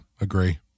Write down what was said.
agree